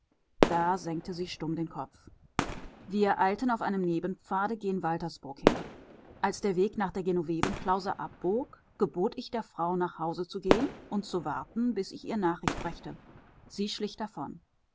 da senkte sie stumm den kopf wir eilten auf einem nebenpfade gen waltersburg hin als der weg nach der genovevenklause abbog gebot ich der frau nach hause zu gehen und zu warten bis ich ihr nachricht brächte sie schlich davon